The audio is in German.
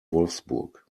wolfsburg